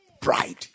Pride